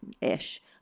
ish